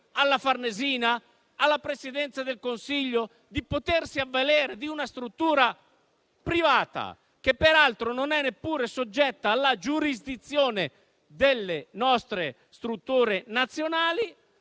alla Farnesina o alla Presidenza del Consiglio di potersi avvalere di una struttura privata, che peraltro non è neppure soggetta alla giurisdizione delle nostre strutture nazionali,